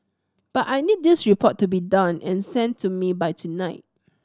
but I need this report to be done and sent to me by tonight